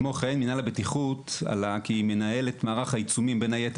כמו כן עלה כי מינהל הבטיחות מנהל את מערך העיצומים בין היתר